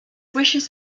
wishes